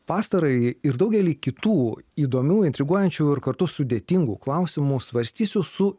pastarąjį ir daugelį kitų įdomių intriguojančių ir kartu sudėtingų klausimų svarstysiu su